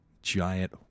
giant